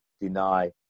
deny